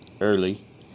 early